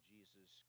Jesus